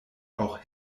auch